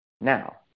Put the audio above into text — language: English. now